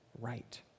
right